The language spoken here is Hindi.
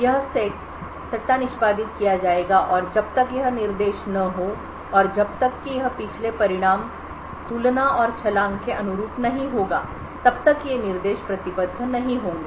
यह सेट सट्टा निष्पादित किया जाएगा और जब तक यह निर्देश न हो और जब तक कि यह पिछले परिणाम तुलना और छलांग के अनुरूप नहीं होगा तब तक ये निर्देश प्रतिबद्ध नहीं होंगे